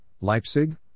leipzig